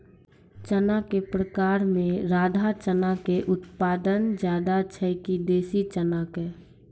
चना के प्रकार मे राधा चना के उत्पादन ज्यादा छै कि देसी चना के?